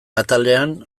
atalean